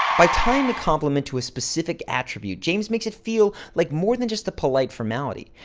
by trying to compliment to a specific attribute, james makes it feel like more than just a polite formality.